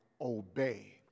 obey